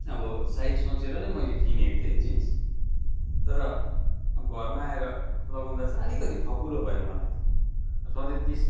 अब साइज सोचेर नै मैले किनेको थिएँ जिन्स तर अब घरमा आएर लगाउँदा चाहिँ अलिकति खकुलो भयो मलाई सधैँ तिस